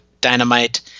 Dynamite